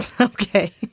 okay